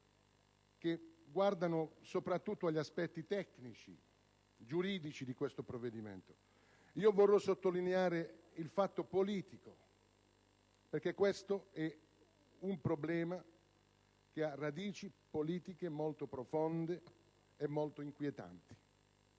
che guardano soprattutto agli aspetti tecnici e giuridici di questo provvedimento. Io voglio sottolineare il fatto politico perché questo è un problema che ha radici politiche molto profonde e molto inquietanti.